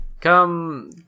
Come